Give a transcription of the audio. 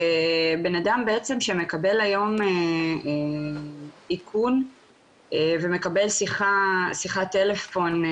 בנאדם בעצם שמקבל היום איכון ומקבל שיחת טלפון,